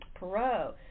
Perot